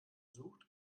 sucht